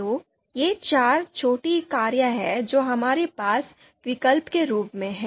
तो ये चार छोटी कारें हैं जो हमारे पास विकल्प के रूप में हैं